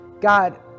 God